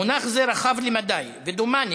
מונח זה רחב למדי, ודומני